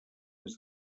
des